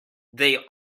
they